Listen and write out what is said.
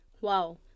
Wow